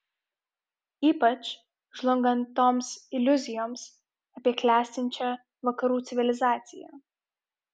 ypač žlungant toms iliuzijoms apie klestinčią vakarų civilizaciją